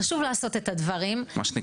חשוב לעשות את הדברים באמת מתוך --- מה שנקרא,